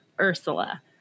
Ursula